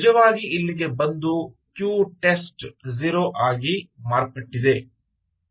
ನಿಜವಾಗಿ ಇಲ್ಲಿಗೆ ಬಂದು ಕ್ಯೂ ಟೆಸ್ಟ್ 0 ಆಗಿ ಮಾರ್ಪಟ್ಟಿದೆ